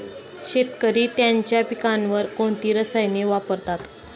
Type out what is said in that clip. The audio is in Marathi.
शेतकरी त्यांच्या पिकांवर कोणती रसायने वापरतात?